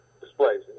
displays